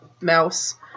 mouse